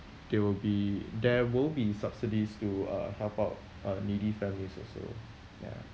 they will be there will be subsidies to uh help out uh needy families also ya